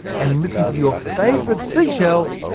and listen to your favourite seashell,